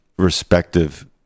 respective